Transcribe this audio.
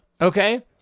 Okay